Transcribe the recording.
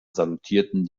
salutierten